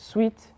Sweet